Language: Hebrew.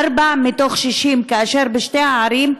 ארבעה מתוך 60, כאשר בשתי הערים,